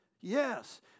Yes